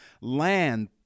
land